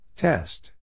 Test